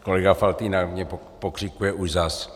Kolega Faltýnek na mě pokřikuje: Už zas.